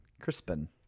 Crispin